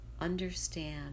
understand